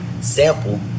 sample